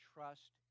Trust